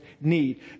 need